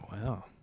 Wow